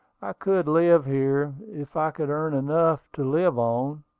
i could live here, if i could earn enough to live on.